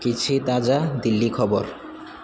କିଛି ତାଜା ଦିଲ୍ଲୀ ଖବର